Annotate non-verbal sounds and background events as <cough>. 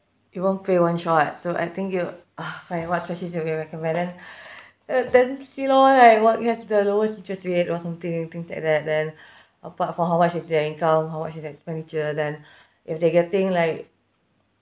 you won't pay one shot so I think you uh find what strategies you've been recommend then <breath> uh then see loh like what it has the lowest interest rate or something and things like that then <breath> apart from how much is their income how much is their expenditure then if they're getting like